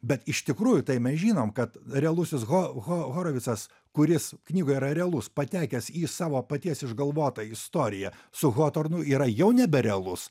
bet iš tikrųjų tai mes žinom kad realusis ho ho horovicas kuris knygoje yra realus patekęs į savo paties išgalvotą istoriją su hotornu yra jau neberealus